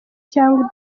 cyangwa